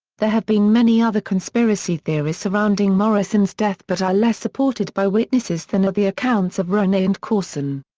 there have been many other conspiracy theories surrounding morrison's death but are less supported by witnesses than are the accounts of ronay and courson.